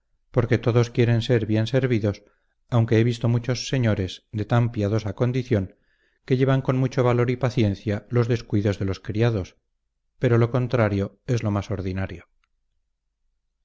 porque todos quieren ser bien servidos aunque he visto muchos señores de tan piadosa condición que llevan con mucho valor y paciencia los descuidos de los criados pero lo contrario es lo más ordinario